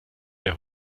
der